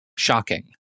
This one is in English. shocking